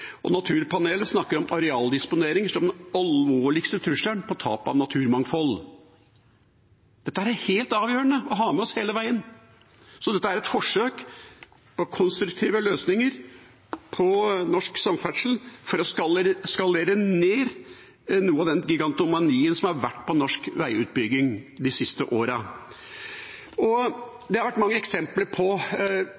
Naturpanelet snakker om arealdisponering som den alvorligste trusselen når det gjelder tap av naturmangfold. Det er helt avgjørende å ha med seg hele veien. Dette er et forsøk på konstruktive løsninger for norsk samferdsel for å skalere ned noe av den gigantomanien som har vært i norsk veiutbygging de siste årene. Det er mange eksempler på at vi har bygd for lite og